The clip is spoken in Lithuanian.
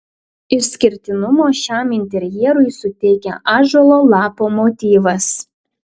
išskirtinumo šiam interjerui suteikia ąžuolo lapo motyvas